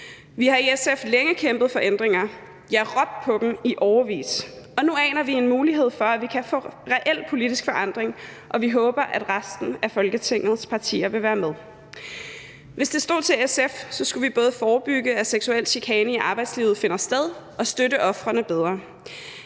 Vi har i SF længe kæmpet for ændringer. Ja, vi har råbt på dem i årevis. Og nu aner vi en mulighed for, at vi kan få reel politisk forandring, og vi håber, at resten af Folketingets partier vil være med. Hvis det stod til SF, skulle vi både forebygge, at seksuel chikane i arbejdslivet finder sted, og støtte ofrene bedre.